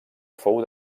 fou